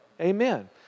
Amen